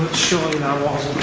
surely that was